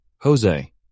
Jose